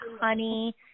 honey